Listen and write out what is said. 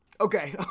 Okay